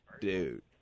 dude